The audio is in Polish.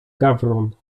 gawron